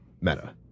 meta